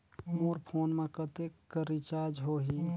मोर phone मा कतेक कर रिचार्ज हो ही?